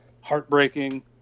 heartbreaking